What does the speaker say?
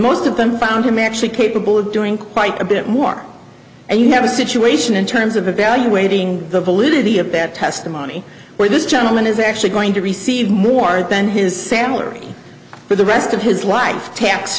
most of them found him actually capable of doing quite a bit more and you have a situation in terms of evaluating the validity of that testimony where this gentleman is actually going to receive more than his family or for the rest of his life tax